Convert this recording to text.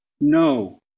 No